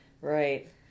Right